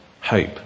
hope